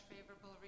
favorable